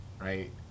Right